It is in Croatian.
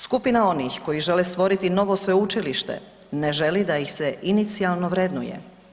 Skupina onih koji žele stvoriti novo sveučilište ne želi da ih se inicijalno vrednuje.